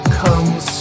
comes